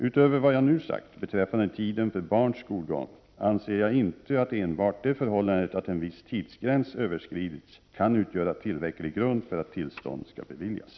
Utöver vad jag nu sagt beträffande tiden för barns skolgång, anser jag inte att enbart det förhållandet att en viss tidsgräns överskridits kan utgöra tillräcklig grund för att tillstånd skall beviljas.